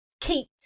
keep